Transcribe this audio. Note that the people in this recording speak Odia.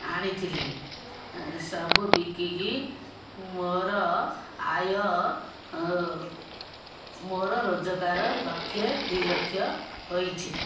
ଆଣିଥିଲି ସବୁ ବିକିକି ମୋର ଆୟ ମୋର ରୋଜଗାର ଲକ୍ଷେ ଦୁଇ ଲକ୍ଷ ହୋଇଛି